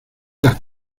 las